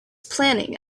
planning